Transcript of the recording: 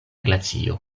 glacio